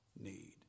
need